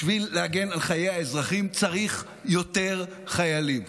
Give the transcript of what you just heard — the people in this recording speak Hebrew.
בשביל להגן על חיי האזרחים צריך יותר חיילים.